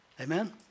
Amen